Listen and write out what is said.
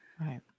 Right